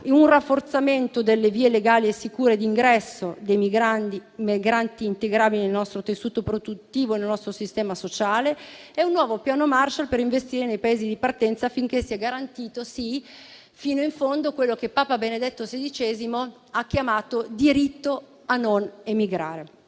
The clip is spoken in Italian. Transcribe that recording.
un rafforzamento delle vie legali e sicure di ingresso dei migranti integrati nel nostro tessuto produttivo e nel nostro sistema sociale e un nuovo piano Marshall per investire nei Paesi di partenza affinché sia garantito fino in fondo quello che Papa Benedetto XVI ha chiamato diritto a non emigrare.